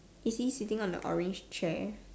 is he sitting on the orange chair